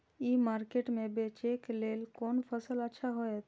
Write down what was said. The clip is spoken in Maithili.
ई मार्केट में बेचेक लेल कोन फसल अच्छा होयत?